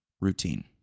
routine